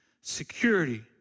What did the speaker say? security